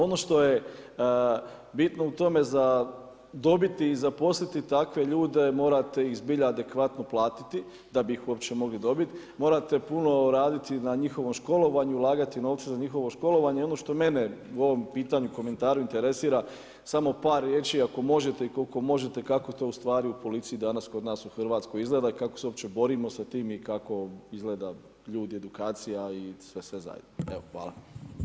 Ono što je bitno u tome za dobiti i zaposliti takve ljude, morate ih zbilja adekvatno platiti da bi ih uopće mogli dobiti, morate puno raditi na njihovom školovanju, ulagati novce za njihovo školovanje i ono što mene u ovom pitanju, komentaru interesira, samo par riječi ako možete i koliko možete, kako to u stvari u policiji danas kod nas u Hrvatskoj izgleda i kako se uopće borimo sa tim i kako izgledaju ljudi, edukacija i sve zajedno?